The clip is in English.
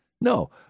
No